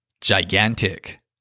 Gigantic